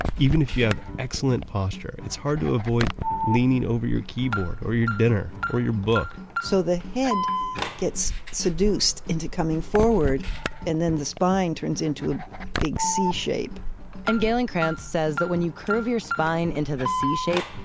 even if you have excellent posture, it's hard to avoid leaning over your keyboard or your dinner or your book so the head gets seduced into coming forward and then the spine turns into a big c shape and galen cranz says that when you curve your spine into the c shape,